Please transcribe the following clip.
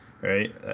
right